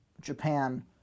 Japan